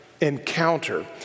encounter